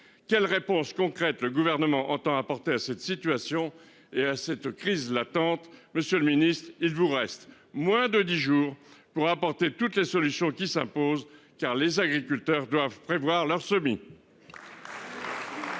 quelles réponses concrètes, le gouvernement entend apporter à cette situation et à cette crise latente. Monsieur le Ministre. Il vous reste moins de 10 jours pour apporter toutes les solutions qui s'impose car les agriculteurs doivent prévoir leurs semis.